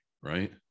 right